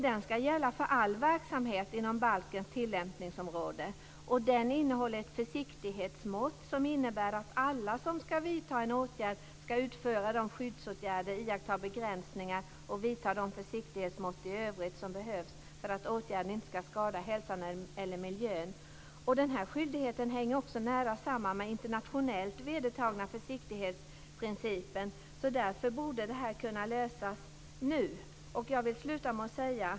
Den skall gälla för all verksamhet inom balkens tillämpningsområde. Den innehåller försiktighetsmått, som innebär att alla som skall vidta en åtgärd skall utföra de skyddsåtgärder, iaktta begränsningar och vidta de försiktighetsmått i övrigt som behövs för att åtgärden inte skall skada hälsan eller miljön. Skyldigheten hänger nära samman med den internationellt vedertagna försiktighetsprincipen. Därför borde detta kunna lösas nu.